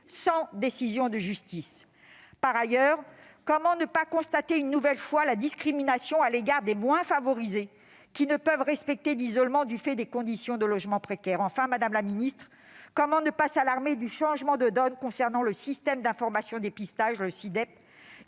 sans décision de justice. Par ailleurs, comment ne pas constater une nouvelle fois la discrimination à l'égard des moins favorisés, qui ne peuvent respecter l'isolement du fait de conditions de logement précaires ? Enfin, madame la ministre, comment ne pas s'alarmer du changement de donne concernant le système d'information national de